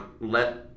let